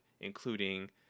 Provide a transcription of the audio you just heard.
including